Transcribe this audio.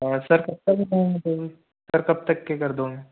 और सर कब तक सर कब तक के कर दोगे